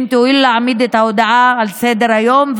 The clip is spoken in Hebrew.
להעמיד את ההודעה על סדר-היום,